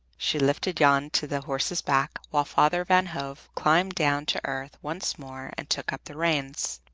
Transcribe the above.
she lifted jan to the horse's back, while father van hove climbed down to earth once more and took up the reins.